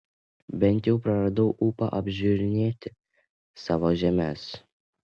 bent jau praradau ūpą apžiūrinėti savo žemes